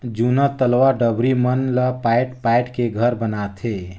जूना तलवा डबरी मन ला पायट पायट के घर बनाथे